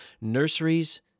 nurseries